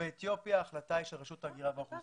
באתיופיה ההחלטה היא של רשות ההגירה והאוכלוסין.